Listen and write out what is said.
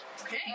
Okay